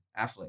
Affleck